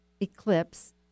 eclipse